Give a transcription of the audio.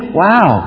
wow